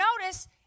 notice